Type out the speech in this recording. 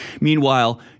Meanwhile